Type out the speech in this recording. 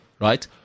right